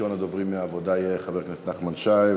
ראשון הדוברים מהעבודה יהיה חבר הכנסת נחמן שי,